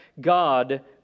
God